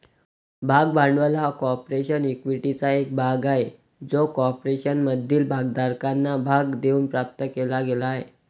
भाग भांडवल हा कॉर्पोरेशन इक्विटीचा एक भाग आहे जो कॉर्पोरेशनमधील भागधारकांना भाग देऊन प्राप्त केला गेला आहे